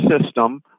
system